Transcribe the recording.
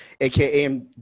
aka